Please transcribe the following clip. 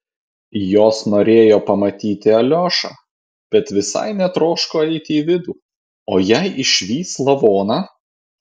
jos norėjo pamatyti aliošą bet visai netroško eiti į vidų o jei išvys lavoną